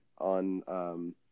on